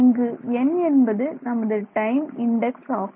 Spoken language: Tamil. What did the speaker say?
இங்கு 'n' என்பது நமது டைம் இண்டெக்ஸ் ஆகும்